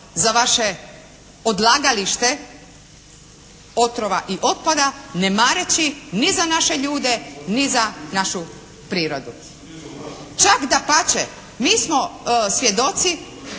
za vaše odlagalište otrova i otpada ne mareći ni za naše ljude, ni za našu prirodu. Čak dapače mi smo svjedoci